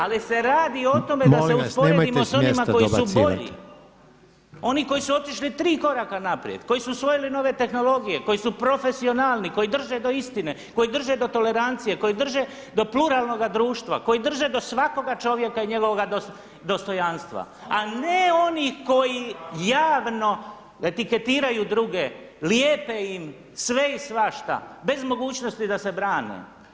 Ali se radi o tome da se …… [[Upadica se ne čuje.]] [[Upadica akademik Reiner: Molim vas, nemojte s mjesta dobacivati!]] usporedimo sa onima koji su bolji, oni koji su otišli tri koraka naprijed, koji su osvojili nove tehnologije, koji su profesionalni, koji drže do istine, koji drže do tolerancije, koji drže do pluralnoga društva, koji drže do svakoga čovjeka i njegovoga dostojanstva a ne oni koji javno etiketiraju druge, lijepe im sve i svašta bez mogućnosti da se brane.